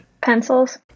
Pencils